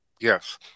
Yes